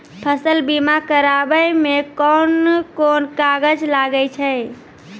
फसल बीमा कराबै मे कौन कोन कागज लागै छै?